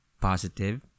positive